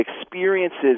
experiences